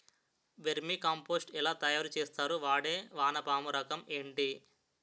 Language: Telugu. వెర్మి కంపోస్ట్ ఎలా తయారు చేస్తారు? వాడే వానపము రకం ఏంటి?